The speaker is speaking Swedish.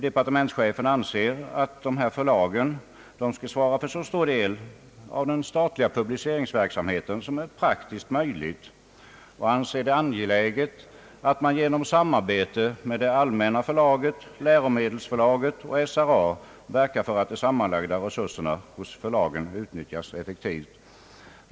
Departementschefen anser att de här förlagen skall svara för så stor del av den statliga publiceringsverksamheten, som är praktiskt möjligt, och anser det angeläget att man genom samarbete med det allmänna förlaget, läromedelsförlaget och SRA verkar för att de sammanlagda resurserna hos förlagen utnyttjas effektivt.